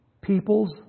People's